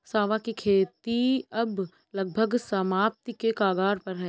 सांवा की खेती अब लगभग समाप्ति के कगार पर है